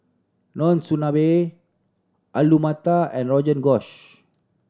Monsunabe Alu Matar and Rogan Josh